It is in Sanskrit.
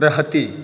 प्रभवति